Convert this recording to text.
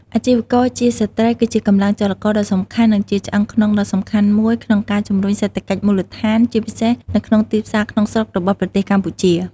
អាជីវករជាស្ត្រីគឺជាកម្លាំងចលករដ៏សំខាន់ និងជាឆ្អឹងខ្នងដ៏សំខាន់មួយក្នុងការជំរុញសេដ្ឋកិច្ចមូលដ្ឋាន ជាពិសេសនៅក្នុងទីផ្សារក្នុងស្រុករបស់ប្រទេសកម្ពុជា។